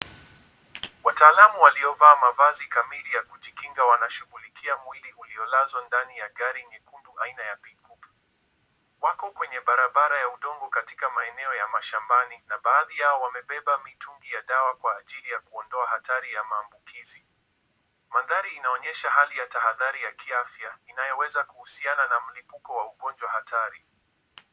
Watalamu waliovaa mavazi kamili ya kujikinga, wanashughulikia mwili uliolazwa ndani ya gari nyekundu, aina ya pick-up . Wako kwenye barabara ya udongo, katika maeneo ya mashambani, na baadhi yao wamebeba mitungi ya dawa, kwa ajili ya kuondoa hatari ya maambukizi. Mandhari inaonyesha hali ya tahadhari ya kiafya, inayoweza kuhusiana na mlipuko wa ugonjwa hatari.